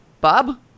Bob